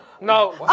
No